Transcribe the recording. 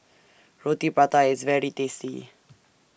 Roti Prata IS very tasty